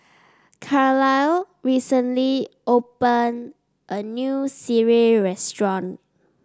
Carlyle recently open a new Sireh restaurant